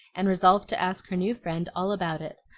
and resolved to ask her new friend all about it,